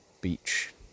beach